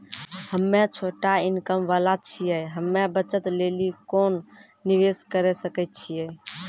हम्मय छोटा इनकम वाला छियै, हम्मय बचत लेली कोंन निवेश करें सकय छियै?